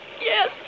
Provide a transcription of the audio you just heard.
yes